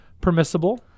permissible